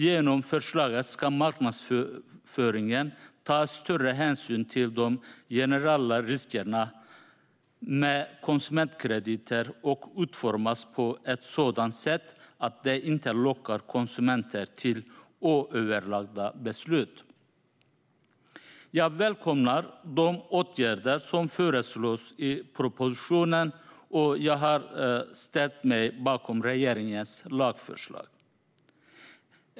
Genom förslaget ska marknadsföringen ta större hänsyn till de generella riskerna med konsumentkrediter, och den ska utformas på ett sådant sätt att den inte lockar konsumenter till oöverlagda beslut. Jag välkomnar de åtgärder som föreslås i propositionen och har ställt mig bakom regeringens lagförslag.